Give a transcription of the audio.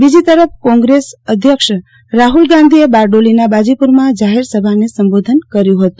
બીજી તરફ કોંગ્રેસ અધ્યક્ષ રાહુલ ગાંધીએ બારડોલીના બાજીપુરમાં જાહેરસભાને સંબોધન કર્યું હતું